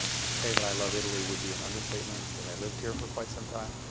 to say that i love italy would be an understatement, because i lived here for quite some time.